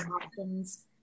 options